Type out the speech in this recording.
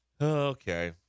Okay